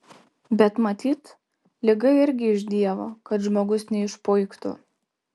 bet matyt liga irgi iš dievo kad žmogus neišpuiktų